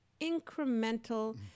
incremental